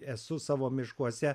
esu savo miškuose